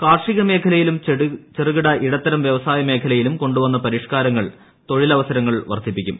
കാർഷിക മേഖലയിലും ചെറുകിട ഇടത്തരം വൃവസായ മേഖലയിലും കൊണ്ടു വന്ന പരിഷ്കാരങ്ങൾ തൊഴിലവസരങ്ങൾ വർദ്ധിപ്പിക്കും